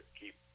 keep